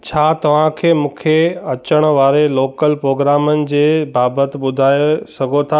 छा तव्हां खे मूंखे अचणु वारे लोकल प्रोगामनि जे बाबति ॿुधाऐ सघो था